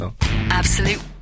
Absolute